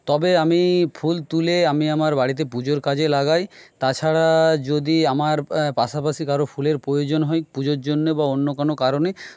তবে আমি ফুল তুলে আমি আমার বাড়িতে পুজোর কাজে লাগাই তাছাড়া যদি আমার পাশাপাশি কারও ফুলের প্রয়োজন হয় পুজোর জন্যে বা অন্য কোনো কারণে